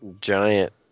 giant